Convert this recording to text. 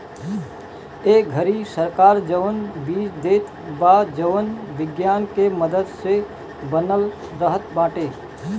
ए घरी सरकार जवन बीज देत बा जवन विज्ञान के मदद से बनल रहत बाटे